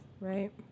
right